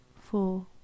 four